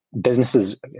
businesses